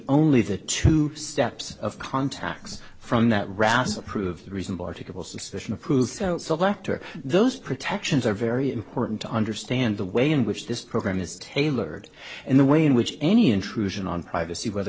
only the two steps of contacts from that ross approved reasonable article suspicion approved selector those protections are very important to understand the way in which this program is tailored and the way in which any intrusion on privacy whether